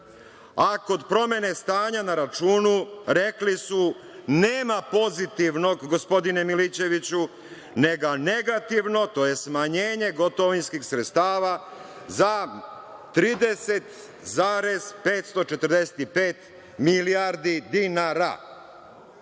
a kod promene stanja na računu rekli su – nema pozitivnog, gospodine Miličeviću, nego negativno, to je smanjenje gotovinskih sredstava za 30,545 milijardi dinara.